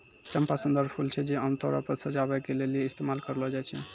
चंपा सुंदर फूल छै जे आमतौरो पे सजाबै के लेली इस्तेमाल करलो जाय छै